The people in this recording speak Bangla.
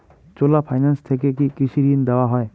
চোলা ফাইন্যান্স থেকে কি কৃষি ঋণ দেওয়া হয়?